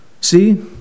See